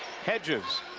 hedges